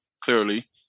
clearly